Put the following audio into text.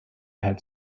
had